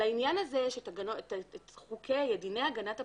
לעניין הזה יש את דיני הגנת הפרטיות,